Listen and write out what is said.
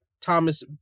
Thomas